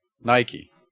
Nike